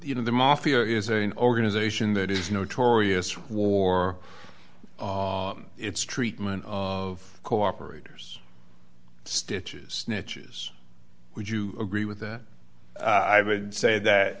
you know the mafia is an organization that is notorious for war its treatment of cooperators stitches niches would you agree with that i would say that